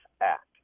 act